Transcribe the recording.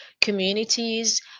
communities